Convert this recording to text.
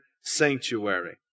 sanctuary